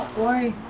way